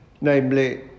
namely